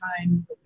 time